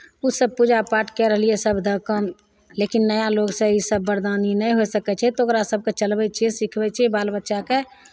ओसभ पूजा पाठ कए रहलियै सभ दऽ कऽ लेकिन नया लोकसँ ईसभ वरदानी नहि होय सकै छै तऽ ओकरा सभके चलबै छियै सिखबै छियै बालबच्चाकेँ